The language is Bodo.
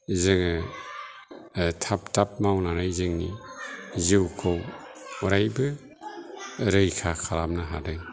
जोङो थाब थाब मावनानै जोंनि जिउखौ अरायबो रैखा खालामनो हादों